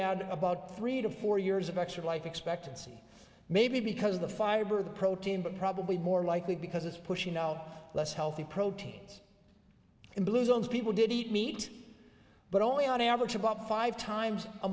would add about three to four years of extra life expectancy maybe because of the fiber the protein but probably more likely because it's pushing out less healthy proteins in blue zones people did eat meat but only on average about five times a